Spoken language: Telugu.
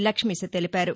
లక్ష్మీశ తెలిపారు